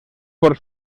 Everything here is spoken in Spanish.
por